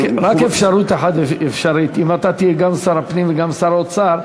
רק אפשרות אחת אפשרית: אם אתה תהיה גם שר הפנים וגם שר האוצר,